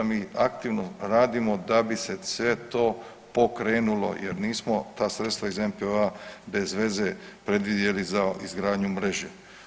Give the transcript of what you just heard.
Mi aktivno radimo da bi se sve to pokrenulo, jer nismo ta sredstva iz NPO-a bezveze predvidjeli za izgradnju mreže.